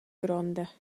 gronda